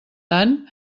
tant